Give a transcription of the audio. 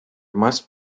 must